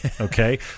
Okay